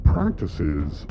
Practices